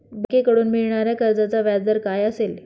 बँकेकडून मिळणाऱ्या कर्जाचा व्याजदर काय असेल?